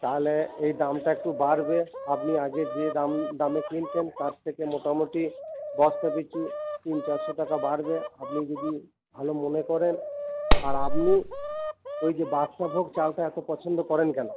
তাহলে এই দামটা একটু বাড়বে আপনি আগে যে দাম দামে কিনতেন তার থেকে মোটামোটি বস্তা পিছু তিন চারশো টাকা বাড়বে আপনি যদি ভালো মনে করেন আর আপনি ওই যে বাদশাভোগ চালটা এত পছন্দ করেন কেন